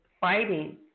fighting